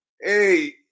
hey